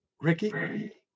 Ricky